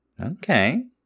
Okay